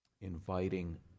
inviting